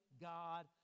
God